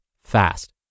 fast